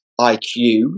IQ